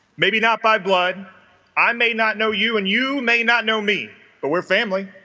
maybe not by blood i may not know you and you may not know me but we're family